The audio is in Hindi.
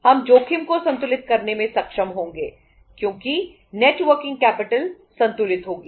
हम जोखिम को संतुलित करने में सक्षम होंगे क्योंकि नेट वर्किंग कैपिटल संतुलित होगी